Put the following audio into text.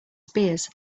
spears